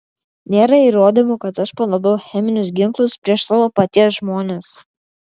nėra įrodymų kad aš panaudojau cheminius ginklus prieš savo paties žmones